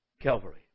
Calvary